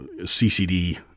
CCD